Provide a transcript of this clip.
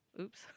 Oops